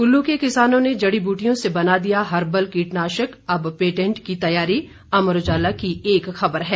कुल्लू के किसानों ने जड़ी ब्रटियों से बना दिया हर्बल कीटनाशक अब पेटेंट की तैयारी अमर उजाला की एक खबर है